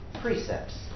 precepts